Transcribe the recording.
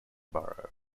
borough